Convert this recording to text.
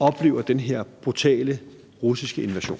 oplever den her brutale russiske invasion.